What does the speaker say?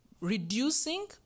reducing